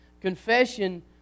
confession